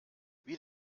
wie